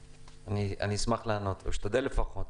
אשמח לענות, או אשתדל לפחות.